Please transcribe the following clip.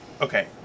Okay